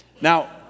Now